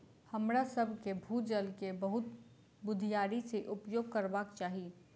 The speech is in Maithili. हमरासभ के भू जल के बहुत बुधियारी से उपयोग करबाक चाही